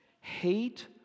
hate